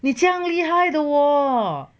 这样厉害的